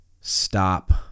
stop